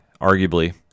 arguably